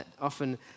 often